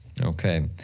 Okay